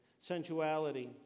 sensuality